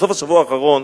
בסוף השבוע האחרון